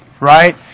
right